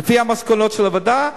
לפי המסקנות של הוועדה.